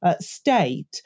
State